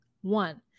one